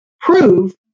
prove